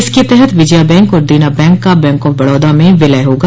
इसके तहत विजया बैंक और देना बैंक का बैंक ऑफ बड़ौदा में विलय होगा